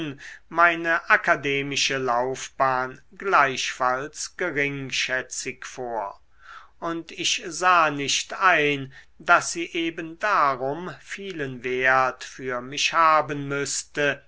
meine akademische laufbahn gleichfalls geringschätzig vor und ich sah nicht ein daß sie eben darum vielen wert für mich haben müßte